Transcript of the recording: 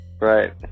Right